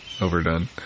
overdone